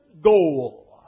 goal